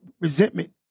resentment